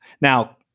Now